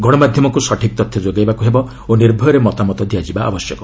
ଗଣମାଧ୍ୟମକୁ ସଠିକ୍ ତଥ୍ୟ ଯୋଗାଇବାକୁ ହେବ ଓ ନିର୍ଭୟରେ ମତାମତ ଦିଆଯିବା ଆବଶ୍ୟକ